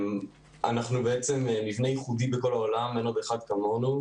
אנחנו מבנה ייחודי בכל העולם, אין עוד אחד כמונו.